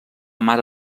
mare